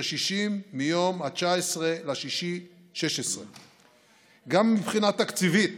1560 מיום 19 ביוני 2016. גם מבחינה תקציבית